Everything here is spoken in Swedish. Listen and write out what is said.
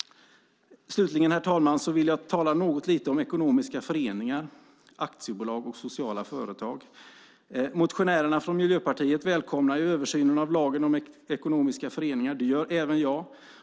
Slutligen, herr talman, vill jag tala något lite om ekonomiska föreningar, aktiebolag och sociala företag. Motionärerna från Miljöpartiet välkomnar översynen av lagen om ekonomiska föreningar. Det gör även jag.